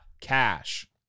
cash